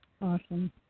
Awesome